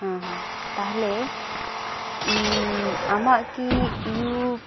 ᱦᱮᱸ ᱦᱮᱸ ᱛᱟᱦᱚᱞᱮ ᱟᱢᱟᱜ ᱠᱤ ᱤᱭᱩ